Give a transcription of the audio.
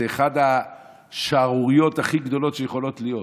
זו אחת השערוריות הכי גדולות שיכולות להיות.